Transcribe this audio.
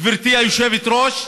גברתי היושבת-ראש,